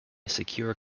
secure